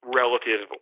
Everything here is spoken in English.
relative